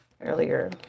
earlier